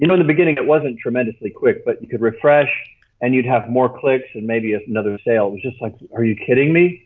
you know in the beginning, it wasn't tremendously quick, but you could refresh and you'd have more clicks and maybe another sale. it was just like, are you kidding me?